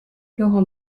laurent